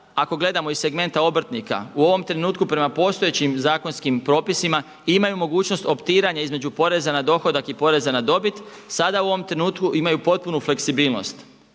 ako gledamo iz segmenta obrtnika u ovom trenutku prema postojećim zakonskim propisima imaju mogućnost optiranja između poreza na dohodak i poreza na dobit. Sada u ovom trenutku imaju potpunu fleksibilnost,